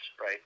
right